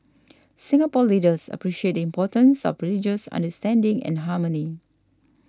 Singapore leaders appreciate the importance of religious understanding and harmony